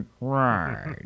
Right